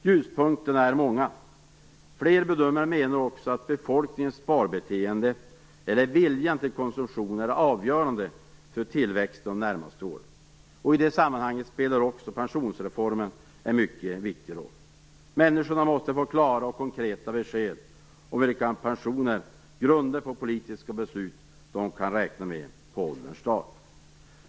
Ljuspunkterna är många. Fler bedömare menar också att befolkningens sparbeteende eller viljan till konsumtion är avgörande för tillväxten de närmaste åren. I det sammanhanget spelar också pensionsreformen en mycket viktig roll. Människor måste få klara och konkreta besked om vilka pensioner, grundade på politiska beslut, de kan räkna med på ålderns dagar.